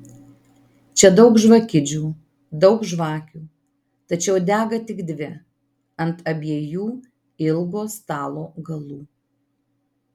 čia daug žvakidžių daug žvakių tačiau dega tik dvi ant abiejų ilgo stalo galų